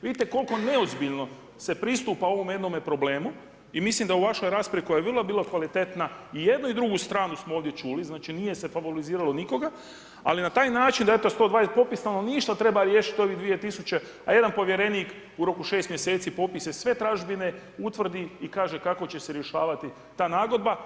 Vidite koliko neozbiljno se pristupa ovome jednom problemu i mislim da u vašoj raspravi koja je bila vrlo kvalitetna i jednu i drugu stranu smo ovdje čuli, znači nije se favoriziralo nikoga, ali na taj način … popis stanovništava treba riješiti ovih 2000, a jedan povjerenik u roku 6 mjeseci popise, sve tražbine utvrditi i kaže kako će se rješavati ta nagodba.